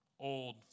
Old